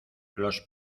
los